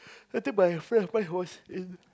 after my friend buy house in